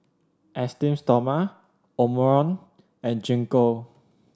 Esteem Stoma Omron and Gingko